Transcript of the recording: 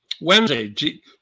Wednesday